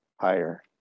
higher